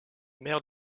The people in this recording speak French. maire